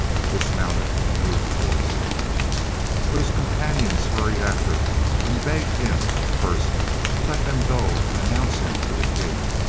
he dismounted, and moved towards them but his companions hurried after and begged him first to let them go and announce him to the king,